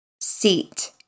seat